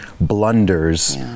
blunders